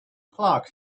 clark